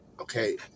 Okay